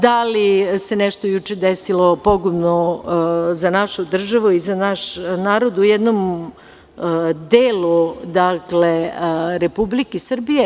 Da li se nešto juče desilo pogubno za našu državu i za naš narod u jednom delu Republike Srbije?